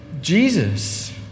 Jesus